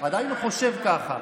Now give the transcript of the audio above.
הוא עדיין חושב כך,